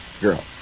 girl